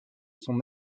sont